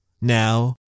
Now